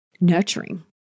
nurturing